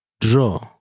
Draw